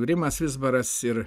rimas vizbaras ir